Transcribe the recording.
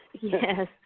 Yes